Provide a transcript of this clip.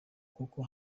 kuko